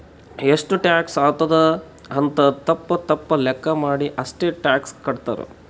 ಎಷ್ಟು ಟ್ಯಾಕ್ಸ್ ಆತ್ತುದ್ ಅಂತ್ ತಪ್ಪ ತಪ್ಪ ಲೆಕ್ಕಾ ಮಾಡಿ ಅಷ್ಟೇ ಟ್ಯಾಕ್ಸ್ ಕಟ್ತಾರ್